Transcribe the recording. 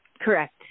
Correct